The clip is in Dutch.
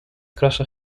krassen